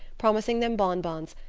promising them bonbons,